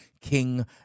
King